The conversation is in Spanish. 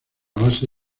base